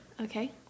Okay